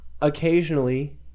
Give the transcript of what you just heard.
occasionally